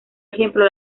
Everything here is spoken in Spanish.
ejemplo